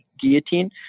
guillotine